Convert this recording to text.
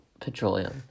Petroleum